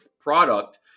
product